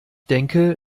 denke